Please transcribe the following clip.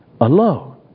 alone